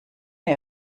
ihr